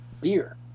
beer